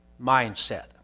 mindset